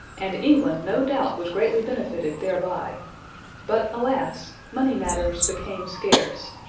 and england no doubt was greatly benefited thereby but, alas! money matters became scarce,